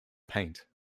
paint